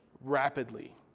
rapidly